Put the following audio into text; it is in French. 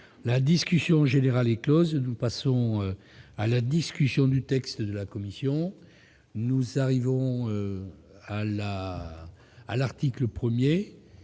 La discussion générale est close. Nous passons à la discussion du texte de la commission. Je mets aux voix l'article 1.